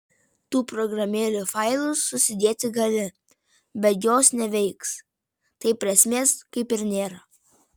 tų programėlių failus susidėti gali bet jos neveiks tai prasmės kaip ir nėra